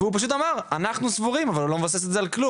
והוא פשוט אמר "אנחנו סבורים" אבל הוא לא מבסס את זה על כלום.